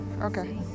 Okay